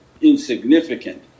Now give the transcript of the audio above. insignificant